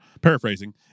paraphrasing